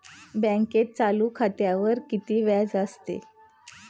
बँकेत चालू खात्यावर किती व्याज असते?